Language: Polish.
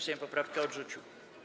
Sejm poprawkę odrzucił.